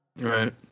right